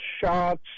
shots